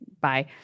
bye